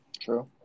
True